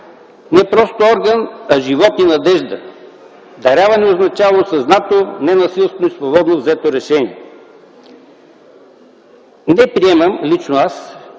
не просто орган, а живот и надежда. „Даряване” означава осъзнато, ненасилствено и свободно взето решение. Не приемам - лично аз,